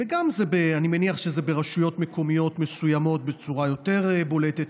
וגם אני מניח שזה ברשויות מקומיות מסוימות בצורה יותר בולטת.